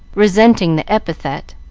resenting the epithet.